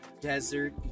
desert